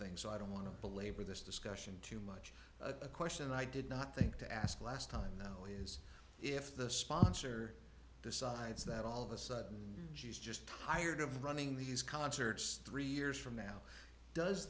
things so i don't want to belabor this discussion too much a question i did not think to ask last time though is if the sponsor decides that all of a sudden she's just tired of running these concerts three years from now does